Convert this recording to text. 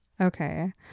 Okay